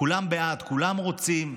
כולם בעד, כולם רוצים,